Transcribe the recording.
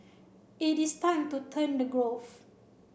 it is time to turn to growth